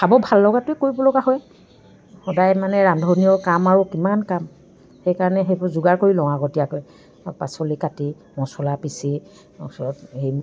খাব ভাল লগাটোৱে কৰিব লগা হয় সদায় মানে ৰান্ধনীয়ে কাম আৰু কিমান কাম সেইকাৰণে সেইবোৰ যোগাৰ কৰি লওঁ আগতীয়াকৈ পাচলি কাটি মছলা পিছি তাৰপিছত সেই